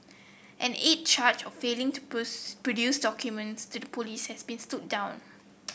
an eighth charge of failing to produce documents to the police has been stood down